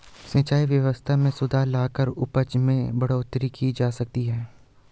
सिंचाई व्यवस्था में सुधार लाकर उपज में बढ़ोतरी की जा सकती है